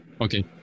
okay